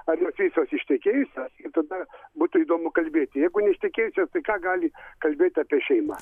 ar jos visos ištekėjusios tada būtų įdomu kalbėti jeigu neištekėjusios tai ką gali kalbėt apie šeimą